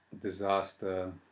disaster